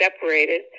separated